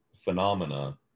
phenomena